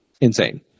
insane